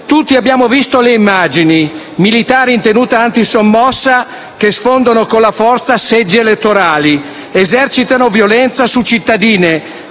Tutti abbiamo visto le immagini: militari in tenuta antisommossa che hanno sfondato con la forza seggi elettorali ed esercitato violenza su cittadini,